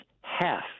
half